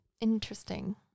interesting